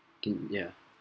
mm yeah